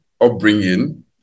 upbringing